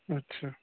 اچھا